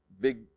big